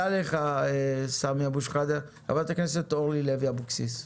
תודה לך סמי אבו שחאדה, אורלי לוי אבוקסיס.